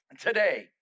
today